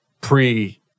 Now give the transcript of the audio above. pre